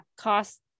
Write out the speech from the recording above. cost